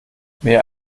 mehr